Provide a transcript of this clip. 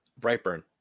Brightburn